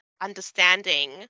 understanding